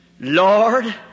Lord